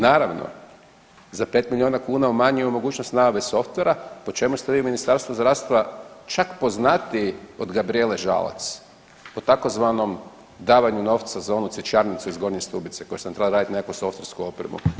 Naravno za 5 miliona kuna umanjuje mogućnost nabave softvera po čemu ste vi u Ministarstvu zdravstva čak poznatiji od Gabrijele Žalac po tzv. davanju novca za onu cvjećarnicu iz Gornje Stubice koju sam trebao radit neku softversku opremu.